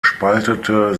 spaltete